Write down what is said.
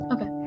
Okay